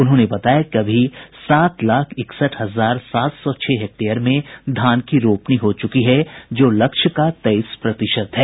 उन्होंने बताया कि अभी सात लाख इकसठ हजार सात सौ छह हेक्टेयर में धान की रोपनी हो चुकी है जो लक्ष्य का तेईस प्रतिशत है